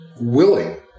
willing